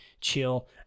chill